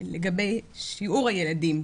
לגבי שיעור הילדים,